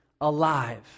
alive